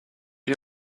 you